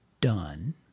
done